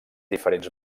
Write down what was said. diferents